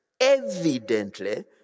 Evidently